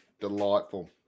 delightful